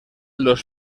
los